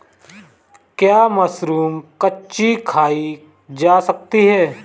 क्या मशरूम कच्ची खाई जा सकती है?